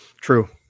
true